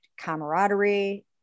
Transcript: camaraderie